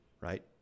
right